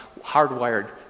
hardwired